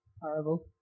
Horrible